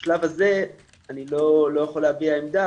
בשלב הזה אני לא יכול להביע עמדה.